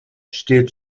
steht